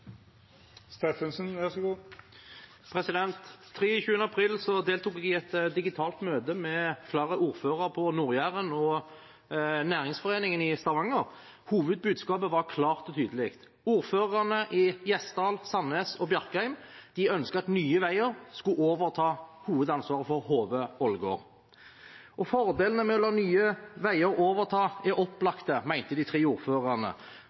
næringsforeningen i Stavanger. Hovedbudskapet var klart og tydelig. Ordførerne i Gjesdal, Sandnes og Bjerkreim ønsket at Nye Veier skulle overta hovedansvaret for Hove–Ålgård. Fordelene med å la Nye Veier overta er opplagte, mente de tre ordførerne.